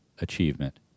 achievement